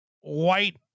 white